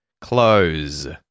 Close